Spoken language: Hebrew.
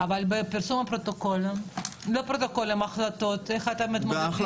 אבל בפרסום ההחלטות, איך אתם מתמודדים עם הנושא?